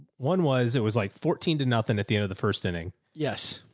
one was, it was like fourteen to nothing at the end of the first inning. yes,